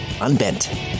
unbent